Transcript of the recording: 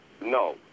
no